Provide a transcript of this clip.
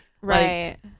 right